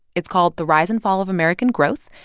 it's called the rise and fall of american growth.